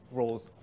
roles